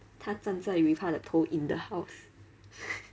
它站在 with 它的头 in the house